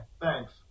thanks